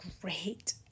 great